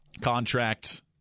contract